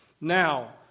Now